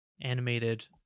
animated